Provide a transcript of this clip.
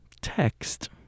text